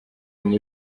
muri